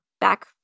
back